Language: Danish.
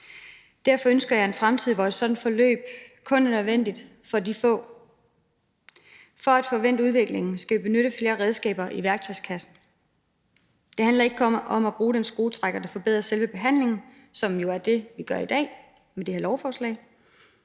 Derfor ønsker jeg en fremtid, hvor et sådant forløb kun er nødvendigt for de få. For at få vendt udviklingen skal vi benytte flere redskaber i værktøjskassen. Det handler ikke kun om at bruge den skruetrækker, der forbedrer selve behandlingen, som jo er det, vi gør i dag med det her lovforslag,